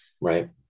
Right